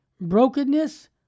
brokenness